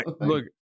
look